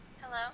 Hello